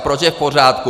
Proč je v pořádku?